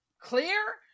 clear